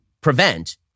prevent